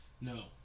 No